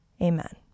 amen